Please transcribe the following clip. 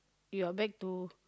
you are back to